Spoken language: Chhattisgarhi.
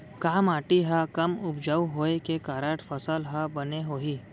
का माटी हा कम उपजाऊ होये के कारण फसल हा बने होही?